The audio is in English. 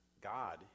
God